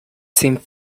seemed